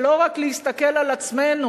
ולא רק להסתכל על עצמנו,